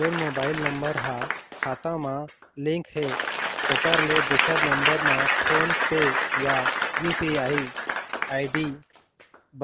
जोन mobile number हा खाता मा लिन्क हे ओकर ले दुसर नंबर मा फोन पे या यू.पी.आई आई.डी